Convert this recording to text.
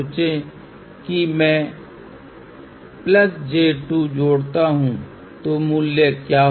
तो हमें समानांतर में एक कैपसिटंस जोड़ना होगा क्योंकि कुछ भी आप y में जोड़ना चाहते हैं हमें शंट की तरह y में तत्वों को डालना होगा फिर वे जुड़ जाते हैं